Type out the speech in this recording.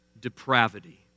depravity